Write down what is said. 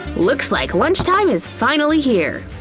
looks like lunch time is finally here!